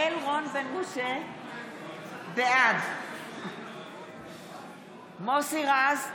בעד מוסי רז,